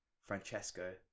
Francesco